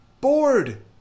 Bored